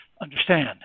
understand